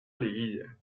liguilla